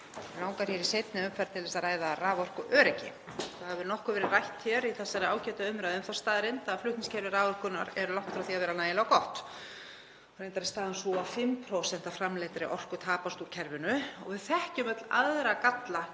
Mig langar hér í seinni umferð til að ræða raforkuöryggi. Það hefur nokkuð verið rætt hér í þessari ágætu umræðu um þá staðreynd að flutningskerfi raforkunnar er langt frá því að vera nægilega gott. Reyndar er staðan sú að 5% af framleiddri orku tapast úr kerfinu og við þekkjum öll aðra galla